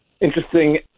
interesting